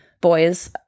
boys